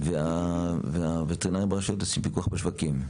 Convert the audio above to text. והווטרינרים עושים פיקוח בשווקים.